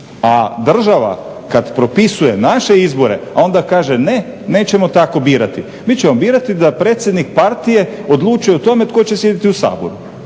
A država kada propisuje naše izbore onda kaže ne, nećemo tako birati. Mi ćemo birati da predsjednik partije odluči o tome tko će sjediti u Saboru,